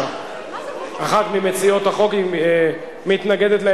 אחת ממציעות החוק מתנגדת,